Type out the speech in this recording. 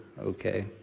Okay